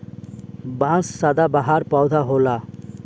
बांस सदाबहार पौधा होला